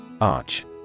Arch